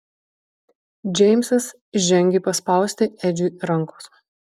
džeimsas žengė paspausti edžiui rankos